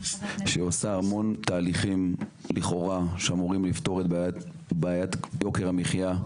שעושה המון תהליכים לכאורה שאמורים לפתור את בעיית יוקר המחיה,